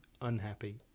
unhappy